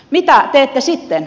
mitä teette sitten